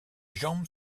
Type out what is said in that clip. jambes